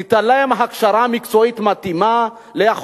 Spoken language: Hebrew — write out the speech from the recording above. ניתן להם הכשרה מקצועית ליכולתם.